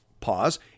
pause